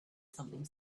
something